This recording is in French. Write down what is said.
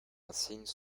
insignes